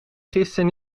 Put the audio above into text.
gisteren